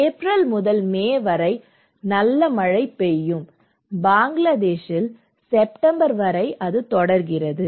April முதல் May வரை நல்ல மழை பெய்யும் பங்களாதேஷில் செப்டம்பர் வரை தொடர்கிறது